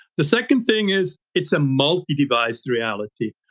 the second thing is, it's a multi-device reality.